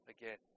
Again